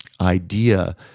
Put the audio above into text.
idea